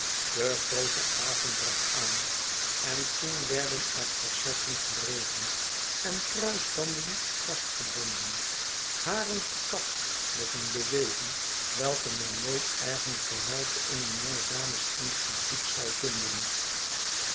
de groote avond brak aan en toen werden er corsetten geregen en kruisbanden vastgebonden haren gekapt met een beweging welke men nooit ergens behalve in een jongedamesinstituut zal vinden